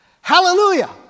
Hallelujah